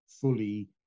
fully